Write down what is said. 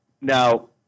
Now